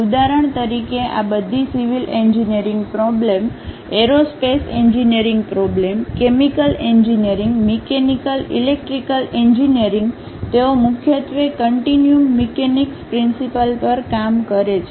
ઉદાહરણ તરીકે આ બધી civil engineering problem aerospace engineering problem chemical engineering mechanical electrical engineering તેઓ મુખ્યત્વે કંટીન્યુમ મિકેનિક્સ પ્રિન્સિપાલ પર કામ કરે છે